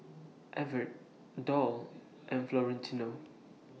Evertt Doll and Florentino